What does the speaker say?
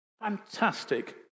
Fantastic